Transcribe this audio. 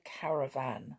caravan